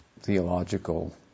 theological